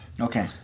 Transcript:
Okay